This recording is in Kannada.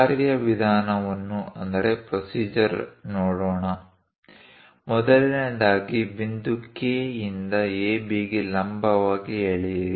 ಕಾರ್ಯವಿಧಾನವನ್ನು ನೋಡೋಣ ಮೊದಲನೆಯದಾಗಿ ಬಿಂದು K ಯಿಂದ AB ಗೆ ಲಂಬವಾಗಿ ಎಳೆಯಿರಿ